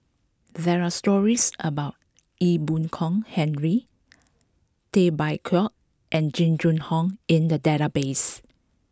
there are stories about Ee Boon Kong Henry Tay Bak Koi and Jing Jun Hong in the database